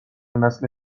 نسل